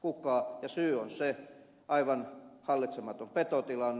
ja syy on aivan hallitsematon petotilanne